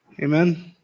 Amen